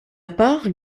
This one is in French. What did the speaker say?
part